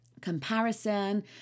comparison